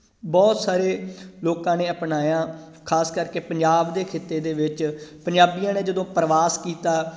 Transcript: ਬਹੁਤ ਸਾਰੇ ਲੋਕਾਂ ਨੇ ਅਪਣਾਇਆ ਖਾਸ ਕਰਕੇ ਪੰਜਾਬ ਦੇ ਖਿੱਤੇ ਦੇ ਵਿੱਚ ਪੰਜਾਬੀਆਂ ਨੇ ਜਦੋਂ ਪ੍ਰਵਾਸ ਕੀਤਾ